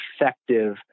effective